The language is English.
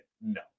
no